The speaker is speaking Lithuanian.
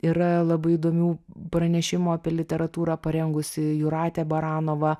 yra labai įdomių pranešimų apie literatūrą parengusi jūratė baranova